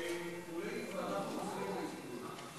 מולי, ואנחנו מסירים את ההסתייגויות.